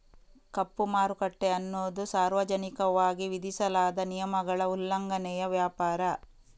ಕಪ್ಪು ಮಾರುಕಟ್ಟೆ ಅನ್ನುದು ಸಾರ್ವಜನಿಕವಾಗಿ ವಿಧಿಸಲಾದ ನಿಯಮಗಳ ಉಲ್ಲಂಘನೆಯ ವ್ಯಾಪಾರ